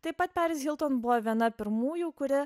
taip pat peris hilton buvo viena pirmųjų kuri